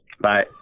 Bye